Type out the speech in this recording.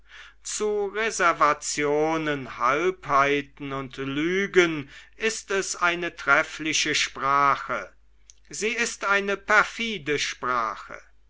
zu reservationen halbheiten und lügen ist es eine treffliche sprache sie ist eine perfide sprache